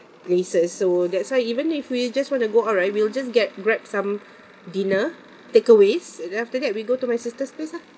places so that's why even if we just want to go out right we'll just get grab some dinner takeaways and after that we go to my sister's place ah